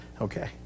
okay